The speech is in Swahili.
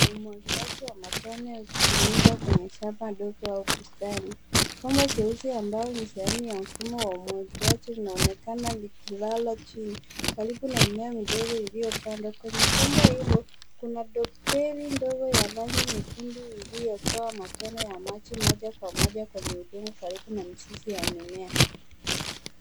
Ni umwagiliaji wa matone ikitumika kwenye shamba ndogo au bustani. Bomba jeusi ambalo ni sehemu ya mfumo wa umwagiliaji inaonekana likilala chini karibu na mimea midogo iliyopandwa. Kwenye bomba hilo, kuna doperi ndogo ya rangi nyekundu iliyotoa matone ya maji moja kwa moja kwenye udongo karibu na mizizi ya mimea.